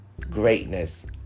greatness